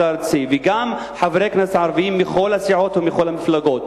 הארצי וגם חברי כנסת הערבים מכל הסיעות ומכל המפלגות,